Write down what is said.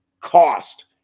cost